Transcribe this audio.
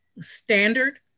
standard